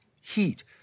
heat